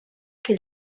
que